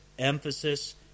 emphasis